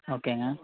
ஓகேங்க